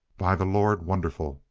by the lord, wonderful!